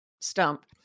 stump